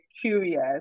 curious